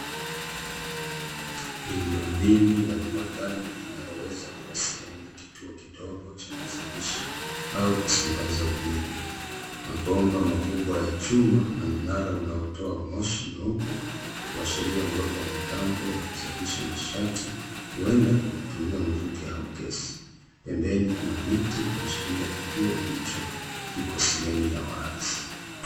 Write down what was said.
Miundombinu ya viwanjani inayoweza kuwa sehemu ya kituo kidogo cha kuzalisha au kusambaza umeme. Mabomba makubwa ya chuma na mnara unaotoa moshi mweupe kuashiria uwepo wa mitambo ya kuzalisha nishati, huenda ka kutumia mvuke au gesi. Pembeni kuna miti kuashiria kituo hicho kiko sehemu ya wazi.